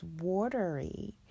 watery